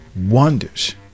Wonders